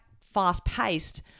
fast-paced